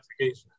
application